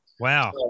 Wow